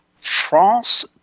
France